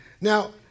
Now